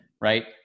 right